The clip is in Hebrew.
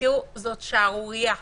זאת שערורייה,